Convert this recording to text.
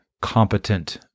competent